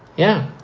yeah,